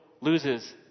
loses